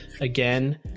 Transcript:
again